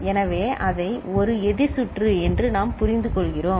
எனவே அதை ஒரு எதிர் சுற்று என்று நாம் புரிந்துகொள்கிறோம்